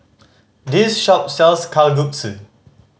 this shop sells Kalguksu